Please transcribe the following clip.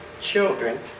children